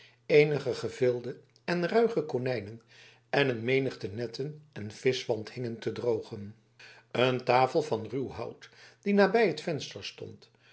eenige gevilde en ruige konijnen en een menigte netten en vischwant hingen te drogen een tafel van ruw hout die nabij het venster stond